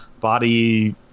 body